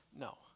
no